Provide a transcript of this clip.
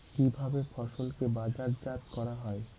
কিভাবে ফসলকে বাজারজাত করা হয়?